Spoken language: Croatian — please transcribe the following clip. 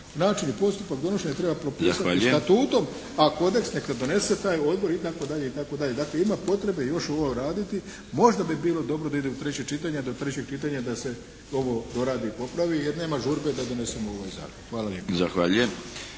način i postupak donošenja treba propisati statutom, a kodeks neka donese taj odbor itd., itd. Dakle, ima potrebe još ovo uraditi, možda bi bilo dobro da ide u treće čitanje, a do trećeg čitanja da se ovo doradi i popravi jer nema žurbe da donesemo ovaj Zakon. Hvala